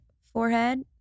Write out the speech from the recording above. forehead